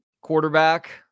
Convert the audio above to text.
quarterback